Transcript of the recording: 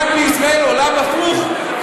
כאן בישראל עולם הפוך,